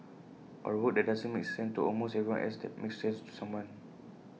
or A work that doesn't make sense to almost everyone else that makes sense to someone